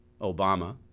Obama